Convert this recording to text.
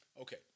Okay